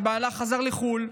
ובעלה חזר לחו"ל,